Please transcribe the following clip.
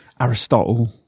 Aristotle